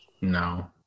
No